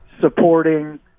supporting